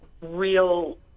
real